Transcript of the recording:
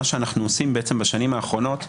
מה שאנחנו עושים בעצם בשנים האחרונות,